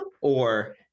or-